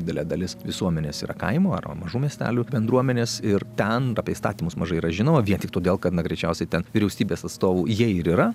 didelė dalis visuomenės yra kaimo ar mažų miestelių bendruomenės ir ten apie įstatymus mažai yra žinoma vien tik todėl kad na greičiausiai ten vyriausybės atstovų jie ir yra